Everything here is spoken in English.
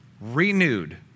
renewed